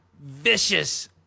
vicious